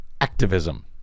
activism